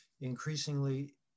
increasingly